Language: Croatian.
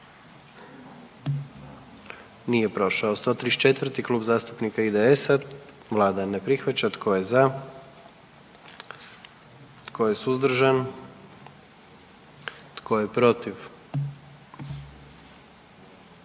dio zakona. 44. Kluba zastupnika SDP-a, vlada ne prihvaća. Tko je za? Tko je suzdržan? Tko je protiv?